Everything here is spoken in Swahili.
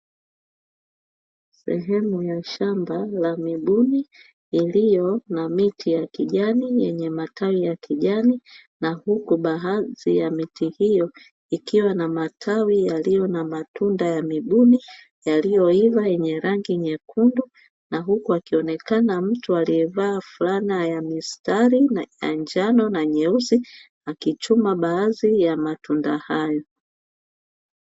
Sehemu ya shamba la mibuni iliyo na miti ya kijamii yenye matawi ya kijani na huku baadhi ya miti hiyo ikiwa na matawi yaliyo na matunda ya miguni yaliyoiva yenye rangi nyekundu, na huku akionekana mtu aliyevaa fulana ya mistari na njano na nyeusi akichuma baadhi ya matunda hayo.